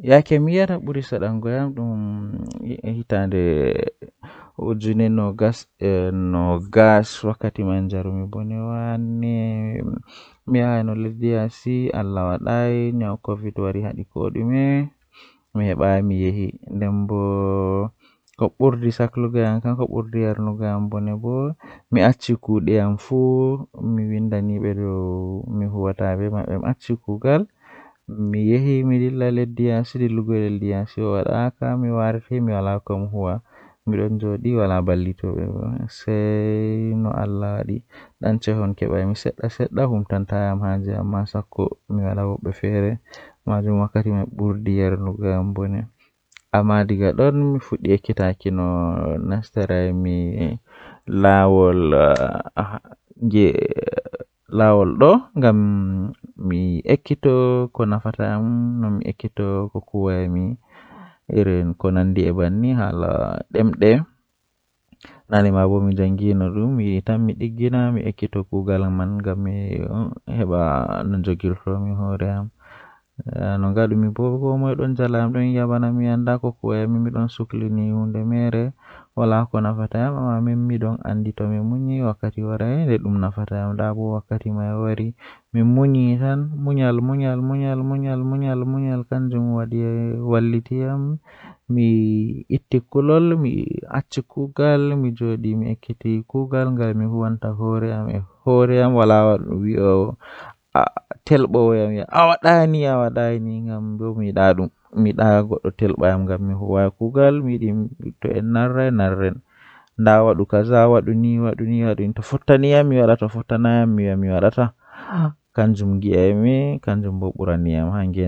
Huunde Haa hilnaare jei meeɗi fe'ugo bee am Nde mi waɗi ɗum, ko ɗum waɗi goɗɗum ngal sabu mi ngoni njiɗi ko ndaarnde e yimɓe. O waɗi fi ko mi njogii sabu waɗde ngoodi ngal mi ɗum wallita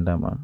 no waawugol.